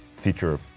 feature.